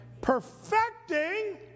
Perfecting